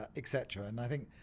ah et cetera, and i think,